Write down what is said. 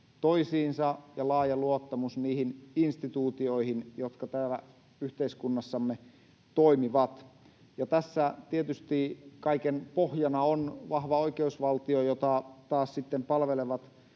toisiinsa ja laaja luottamus niihin instituutioihin, jotka täällä yhteiskunnassamme toimivat, ja tässä tietysti kaiken pohjana on vahva oikeusvaltio, jota taas sitten palvelevat